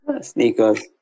Sneakers